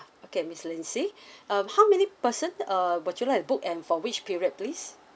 okay miss lindsay um how many person err would you like to book and for which period please